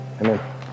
Amen